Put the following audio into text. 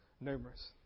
Numerous